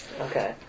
Okay